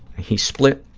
he split,